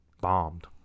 bombed